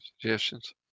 suggestions